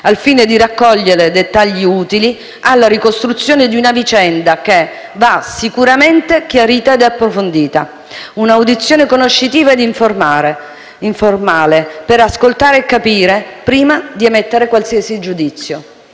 al fine di raccogliere dettagli utili alla ricostruzione di una vicenda che va sicuramente chiarita e approfondita, in un'audizione conoscitiva e informale, per ascoltare e capire prima di emettere qualsiasi giudizio.